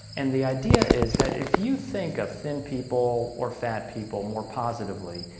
and the idea is that if you think of thin people or fat people more positively,